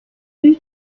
who